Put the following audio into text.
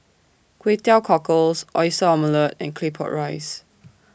Kway Teow Cockles Oyster Omelette and Claypot Rice